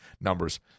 numbers